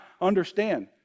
understand